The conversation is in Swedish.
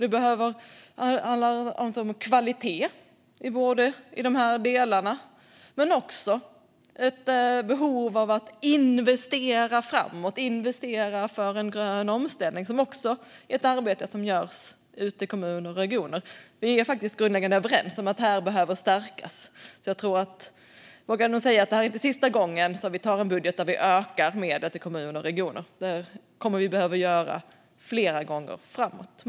Det handlar om kvalitet i de delarna men också om ett behov av att investera framåt och för en grön omställning. Det är också ett arbete som görs ute i kommuner och regioner. Vi är grundläggande överens om att det behöver stärkas. Jag vågar nog säga att det inte är sista gången som vi antar en budget där vi ökar medlen till kommuner och regioner. Det kommer vi att behöva göra flera gånger framöver.